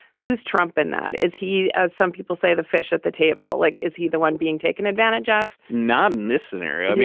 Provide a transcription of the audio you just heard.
whose trump in that is he, as some people say, the fish at the table like is he the one being taken advantage of? not in this scenario. i mean,